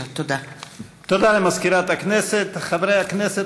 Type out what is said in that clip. התשע"ט 2018. לדיון מוקדם: החל מהצעת